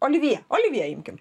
olivjė olivjė imkim